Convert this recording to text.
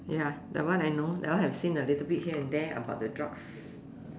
ya that one I know that one have seen a little bit here and there about the drugs